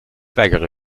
weigere